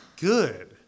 good